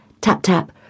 Tap-tap